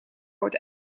wordt